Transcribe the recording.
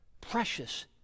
precious